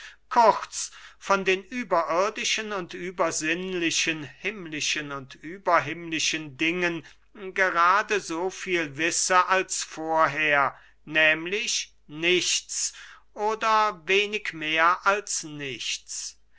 kurz von den überirdischen und übersinnlichen himmlischen und überhimmlischen dingen gerade so viel wisse als vorher nehmlich nichts oder wenig mehr als nichts